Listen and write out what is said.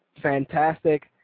fantastic